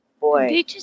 boy